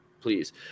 please